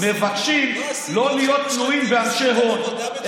מבקשים לא להיות תלויים באנשי הון,